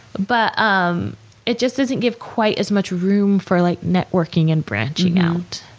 but um it just doesn't give quite as much room for like networking and branching out.